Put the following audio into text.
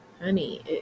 Honey